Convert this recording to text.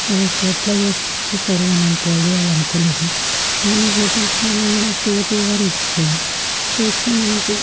అది అసలు ఎట్లా చేస్తారో కూడా సరిగా నేను ట్రై చేయాలనుకోలేదు కానీ హోటల్స్లలో కూడా తీయతీయగా అనిపిస్తుంది చూస్తే మంచి